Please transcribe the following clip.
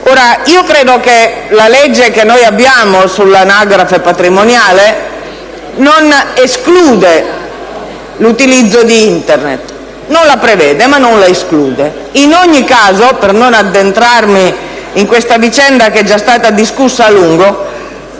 legge. Credo che la legge sull'anagrafe patrimoniale non escluda l'utilizzo di Internet: non lo prevede, ma nemmeno lo esclude. In ogni caso, per non addentrarmi in una vicenda che è già stata discussa a lungo,